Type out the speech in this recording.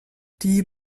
die